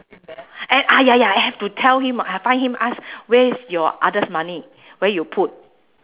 a~ ah ya ya I have to tell him find him ask where is your others money where you put